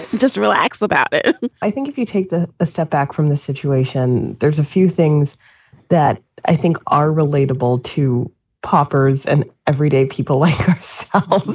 just relax about it i think if you take a step back from this situation, there's a few things that i think are relatable to popper's and everyday people. like